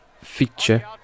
feature